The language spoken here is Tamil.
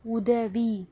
உதவி